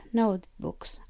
notebooks